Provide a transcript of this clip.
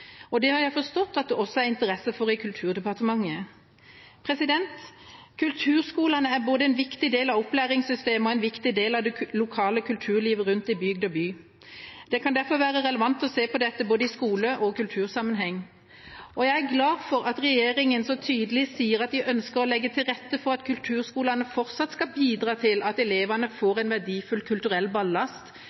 meldinga. Det har jeg forstått at det også er interesse for i Kulturdepartementet. Kulturskolene er både en viktig del av opplæringssystemet og en viktig del av det lokale kulturlivet rundt i bygd og by. Det kan derfor være relevant å se på dette både i skole- og kultursammenheng. Og jeg er glad for at regjeringa så tydelig sier at de ønsker å legge til rette for at kulturskolene fortsatt skal bidra til at elevene får en verdifull kulturell ballast,